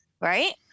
Right